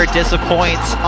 disappoints